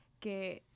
que